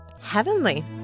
heavenly